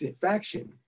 faction